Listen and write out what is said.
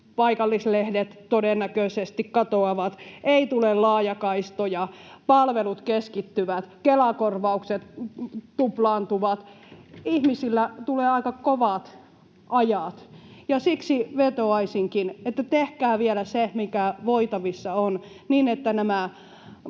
paikallislehdet, todennäköisesti katoavat. Ei tule laajakaistoja, palvelut keskittyvät, Kela-korvaukset tuplaantuvat. Ihmisille tulee aika kovat ajat, ja siksi vetoaisinkin, että tehkää vielä se, mikä voitavissa on, niin että nämä